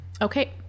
Okay